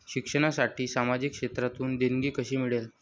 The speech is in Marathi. शिक्षणासाठी सामाजिक क्षेत्रातून देणगी कशी मिळेल?